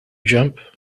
jump